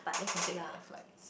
then can take like a flight